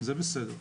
נכון.